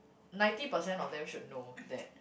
ninety percent of them should know that